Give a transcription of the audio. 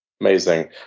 Amazing